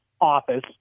office